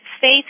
faith